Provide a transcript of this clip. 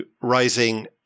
rising